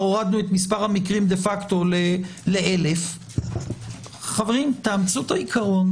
הורדנו את מספר המקרים דה פקטו לאלף - תאמצו את העיקרון.